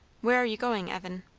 where are you going, evan.